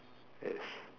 yes